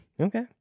Okay